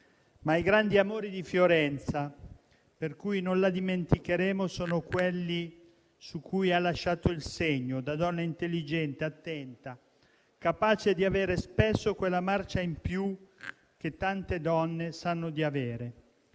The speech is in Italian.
Ma i grandi amori di Fiorenza, per cui non la dimenticheremo, sono quelli su cui ha lasciato il segno, da donna intelligente, attenta, capace di avere spesso quella marcia in più che tante donne sanno di avere.